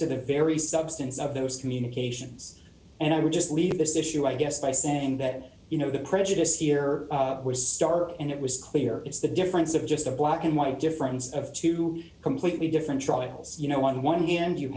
to the very substance of those communications and i would just leave this issue i guess by saying that you know the prejudice here was stark and it was clear it's the difference of just a black and white difference of two completely different trials you know eleven dollars hand you